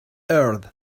earth